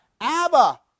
Abba